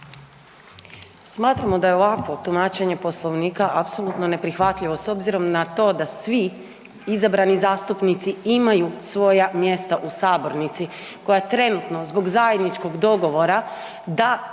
Smatramo da je ovakvo tumačenje Poslovnika apsolutno neprihvatljivo s obzirom da svi izabrani zastupnici imaju svoja mjesta u sabornici koja trenutno zbog zajedničkog dogovora da